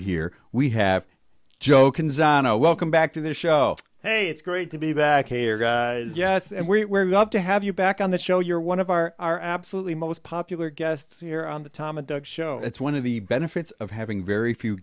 here we have joke welcome back to the show hey it's great to be back here guy yes and we love to have you back on the show you're one of our our absolutely most popular guests here on the tomah dog show it's one of the benefits of having very few